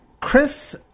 Chris